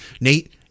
Nate